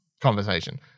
conversation